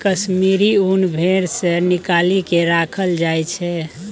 कश्मीरी ऊन भेड़ सँ निकालि केँ राखल जाइ छै